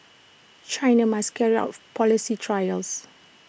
China must carry out policy trials